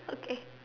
okay